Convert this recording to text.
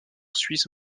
suisse